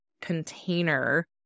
container